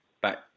Bye